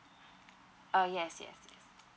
uh yes yes yes